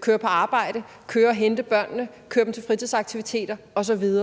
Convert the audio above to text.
køre på arbejde, køre og hente børnene, køre dem til fritidsaktiviteter osv.